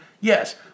yes